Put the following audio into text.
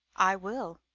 i will.